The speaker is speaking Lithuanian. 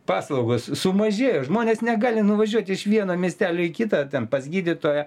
paslaugos sumažėjo žmonės negali nuvažiuoti iš vieno miestelio į kitą ten pas gydytoją